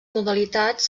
modalitats